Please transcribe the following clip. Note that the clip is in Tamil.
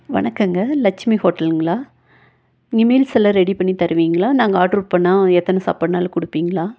வணக்கங்க லட்சுமி ஹோட்டலுங்களா நீங்கள் மீல்ஸ்ஸெல்லாம் ரெடி பண்ணி தருவீங்களா நாங்கள் ஆர்டர் பண்ணால் எத்தனை சாப்பாடுனாலும் கொடுப்பீங்களா